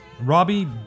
Robbie